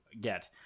get